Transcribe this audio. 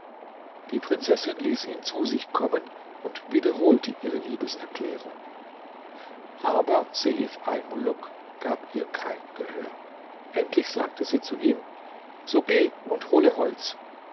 die prinzessin ließ ihn zu sich kommen und wiederholte ihre liebeserklärung aber seif almuluk gab ihr kein gehör endlich sagte sie zu ihm so geh und hole holz